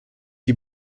die